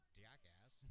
jackass